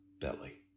belly